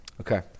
Okay